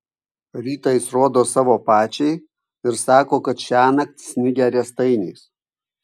rytą jis rodo savo pačiai ir sako kad šiąnakt snigę riestainiais